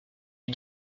les